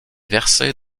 versée